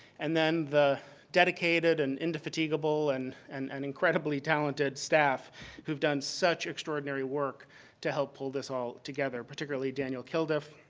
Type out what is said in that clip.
and then the dedicated and infatigueable and and and incredibly talented staff who have done such extraordinary work to help pull this all together, particularly daniel kilduff,